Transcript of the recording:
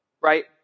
right